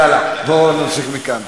יאללה, בואו נמשיך מכאן.